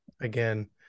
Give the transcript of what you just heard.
again